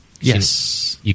Yes